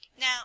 Now